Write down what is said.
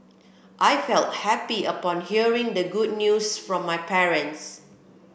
I felt happy upon hearing the good news from my parents